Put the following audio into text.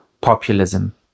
populism